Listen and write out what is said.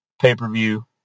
pay-per-view